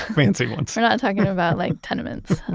fancy ones we're not talking about like tenements,